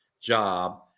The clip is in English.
job